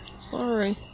Sorry